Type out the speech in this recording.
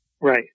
Right